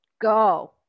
go